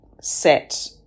set